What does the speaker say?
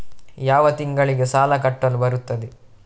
ಯಾವ ತಿಂಗಳಿಗೆ ಸಾಲ ಕಟ್ಟಲು ಬರುತ್ತದೆ?